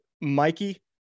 Mikey